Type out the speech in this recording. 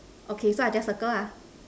okay so I just circle ah